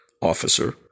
officer